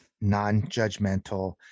non-judgmental